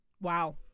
Wow